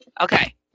Okay